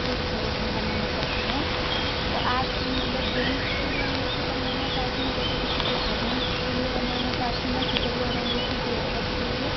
बीस कैरेट में बनवाना चाहती हैं तो आप तो मतलब जेन्ट्स के लिए अँगूठी बनवाना चाहती हैं जैसे कि किसी आदमी के लिए बनवाना चाहती हैं सिकड़ी और अँगूठी कि औरत के लिए